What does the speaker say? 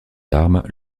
armes